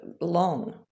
long